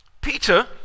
Peter